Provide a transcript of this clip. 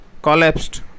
Collapsed